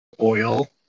oil